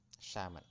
shaman